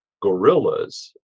gorillas